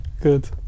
Good